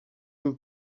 who